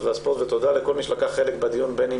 יגדיר את התכנים האלה, בין אם